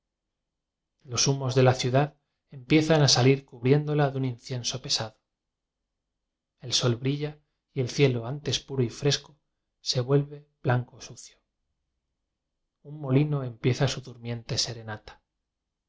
los humos de la ciudad empiezan a salir cubriéndola de un incienso pesado el sol brilla y el cielo antes puro y fresco se vuel ve blanco sucio un molino empieza su durmiente serenata